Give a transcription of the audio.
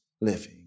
living